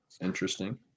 Interesting